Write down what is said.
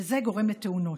וזה גורם לתאונות.